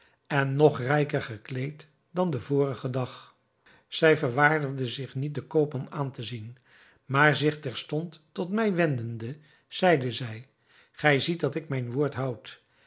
en nog rijker gekleed dan den vorigen dag zij verwaardigde zich niet den koopman aan te zien maar zich terstond tot mij wendende zeide zij gij ziet dat ik mijn woord houd